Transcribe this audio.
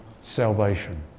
salvation